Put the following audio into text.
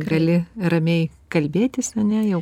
gali ramiai kalbėtis ane jau